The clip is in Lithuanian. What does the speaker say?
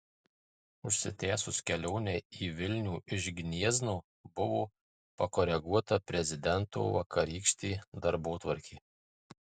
užsitęsus kelionei į vilnių iš gniezno buvo pakoreguota prezidento vakarykštė darbotvarkė